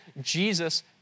Jesus